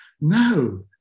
No